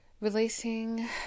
releasing